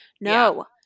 No